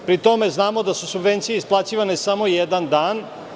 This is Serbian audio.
Pri tome, znamo da su subvencije isplaćivane samo jedan dan.